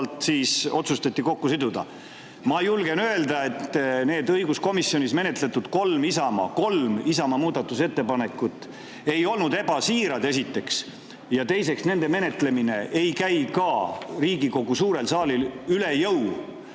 Ma julgen öelda, et need õiguskomisjonis menetletud kolm Isamaa muudatusettepanekut ei olnud ebasiirad, esiteks, ja teiseks, nende menetlemine ei käiks Riigikogu suurele saalile üle jõu.